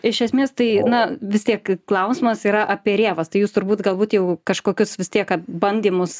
iš esmės tai na vis tiek klausimas yra apie rėvas tai jūs turbūt galbūt jau kažkokius vis tiek bandymus